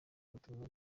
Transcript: ubutumwa